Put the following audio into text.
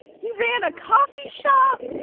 he ran a coffee shop,